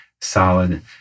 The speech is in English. solid